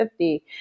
50